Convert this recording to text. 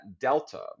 Delta